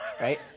right